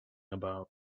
about